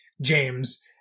James